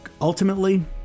Ultimately